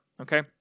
okay